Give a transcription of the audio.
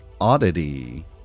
oddity